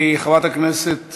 חברת הכנסת